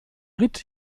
ritt